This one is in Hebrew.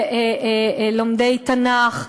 ולומדי תנ"ך,